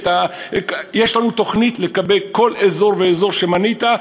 יש לנו תוכנית לגבי כל אזור ואזור שמנית,